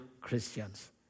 Christians